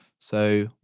so,